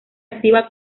activa